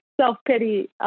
self-pity